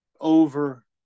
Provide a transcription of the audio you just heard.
over